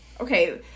Okay